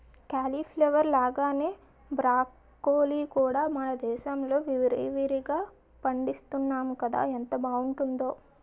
cauliflower లాగానే broccoli కూడా మనదేశంలో విరివిరిగా పండిస్తున్నాము కదా ఎంత బావుంటుందో